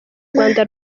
rwanda